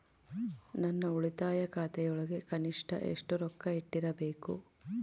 ನನ್ನ ಉಳಿತಾಯ ಖಾತೆಯೊಳಗ ಕನಿಷ್ಟ ಎಷ್ಟು ರೊಕ್ಕ ಇಟ್ಟಿರಬೇಕು?